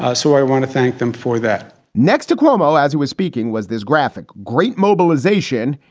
ah so i want to thank them for that next to cuomo, as he was speaking, was this graphic, great mobilization.